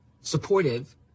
supportive